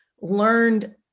learned